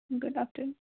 good afternoon